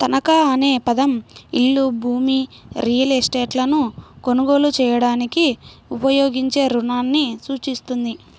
తనఖా అనే పదం ఇల్లు, భూమి, రియల్ ఎస్టేట్లను కొనుగోలు చేయడానికి ఉపయోగించే రుణాన్ని సూచిస్తుంది